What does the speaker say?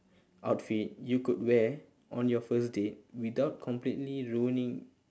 outfit you could wear on your first date without completely ruining